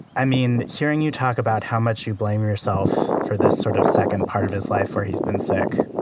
i mean, hearing you talk about how much you blame yourself for this sort of second part of his life where he's been sick,